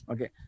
Okay